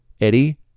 Eddie